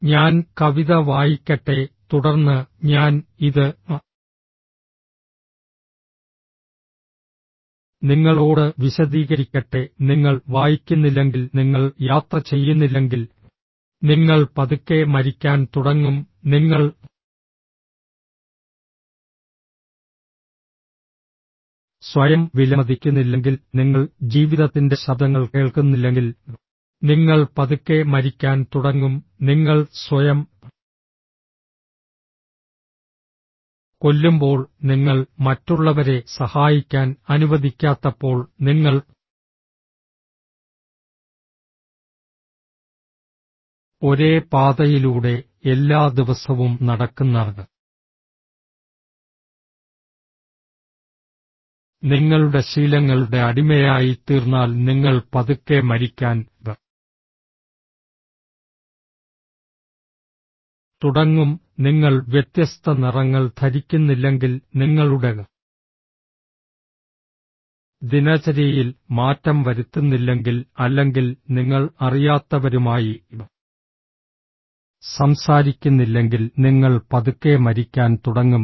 ഞാൻ കവിത വായിക്കട്ടെ തുടർന്ന് ഞാൻ ഇത് നിങ്ങളോട് വിശദീകരിക്കട്ടെ നിങ്ങൾ വായിക്കുന്നില്ലെങ്കിൽ നിങ്ങൾ യാത്ര ചെയ്യുന്നില്ലെങ്കിൽ നിങ്ങൾ പതുക്കെ മരിക്കാൻ തുടങ്ങും നിങ്ങൾ സ്വയം വിലമതിക്കുന്നില്ലെങ്കിൽ നിങ്ങൾ ജീവിതത്തിന്റെ ശബ്ദങ്ങൾ കേൾക്കുന്നില്ലെങ്കിൽ നിങ്ങൾ പതുക്കെ മരിക്കാൻ തുടങ്ങും നിങ്ങൾ സ്വയം കൊല്ലുമ്പോൾ നിങ്ങൾ മറ്റുള്ളവരെ സഹായിക്കാൻ അനുവദിക്കാത്തപ്പോൾ നിങ്ങൾ ഒരേ പാതയിലൂടെ എല്ലാ ദിവസവും നടക്കുന്ന നിങ്ങളുടെ ശീലങ്ങളുടെ അടിമയായിത്തീർന്നാൽ നിങ്ങൾ പതുക്കെ മരിക്കാൻ തുടങ്ങും നിങ്ങൾ വ്യത്യസ്ത നിറങ്ങൾ ധരിക്കുന്നില്ലെങ്കിൽ നിങ്ങളുടെ ദിനചര്യയിൽ മാറ്റം വരുത്തുന്നില്ലെങ്കിൽ അല്ലെങ്കിൽ നിങ്ങൾ അറിയാത്തവരുമായി സംസാരിക്കുന്നില്ലെങ്കിൽ നിങ്ങൾ പതുക്കെ മരിക്കാൻ തുടങ്ങും